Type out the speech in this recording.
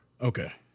Okay